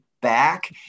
back